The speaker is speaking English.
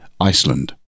Iceland